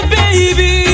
baby